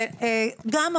גם,